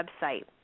website